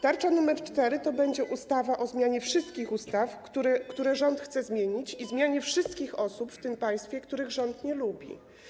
Tarcza 4.0 to będzie ustawa o zmianie wszystkich ustaw, które rząd chce zmienić, i zmianie wszystkich osób w tym państwie, których rząd nie lubi.